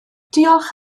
diolch